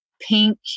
pink